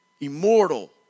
immortal